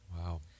Wow